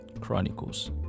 Chronicles